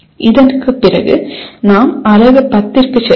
இதற்கு பிறகு நாம் அலகு 10 க்கு செல்வோம்